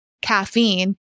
caffeine